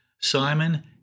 Simon